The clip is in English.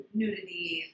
nudity